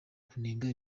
kunenga